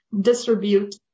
distribute